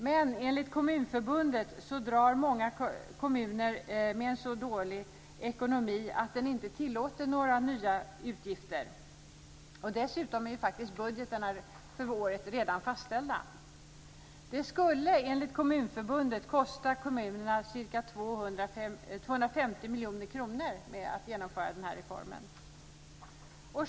Men enligt Kommunförbundet dras många kommuner med en så dålig ekonomi att den inte tillåter några nya utgifter. Dessutom är faktiskt budgetarna för året redan fastställda. Det skulle enligt Kommunförbundet kosta kommunerna ca 250 miljoner kronor att genomföra den här reformen.